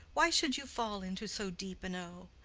why should you fall into so deep an o?